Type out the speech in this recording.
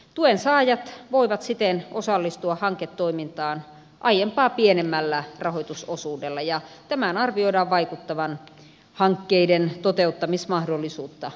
tuen saajat voivat siten osallistua hanketoimintaan aiempaa pienemmällä rahoitusosuudella ja tämän arvioidaan vaikuttavan hankkeiden toteuttamismahdollisuutta lisäävästi